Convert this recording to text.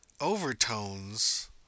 overtones